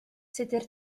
tudur